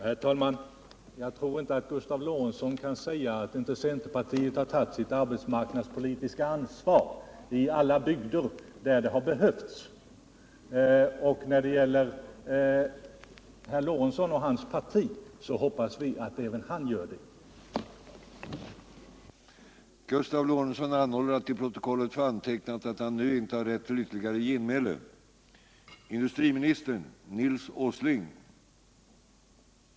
Herr talman! Jag tror inte att Gustav Lorentzon kan säga att centerpartiet inte tagit sitt arbetsmarknadspolitiska ansvar i alla bygder där detta behövts. När det gäller herr Lorentzon och hans parti så hoppas vi att även de gör detsamma.